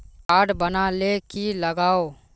Card बना ले की लगाव?